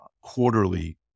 quarterly